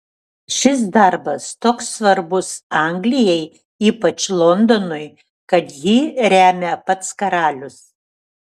šis darbas toks svarbus anglijai ypač londonui kad jį remia pats karalius